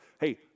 hey